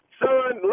son